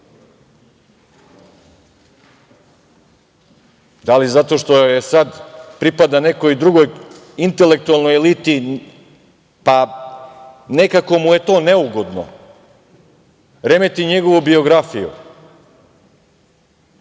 Da li zato što sad pripada nekoj drugoj intelektualnoj eliti pa nekako mu je to neugodno? Remeti njegovu biografiju. Znači,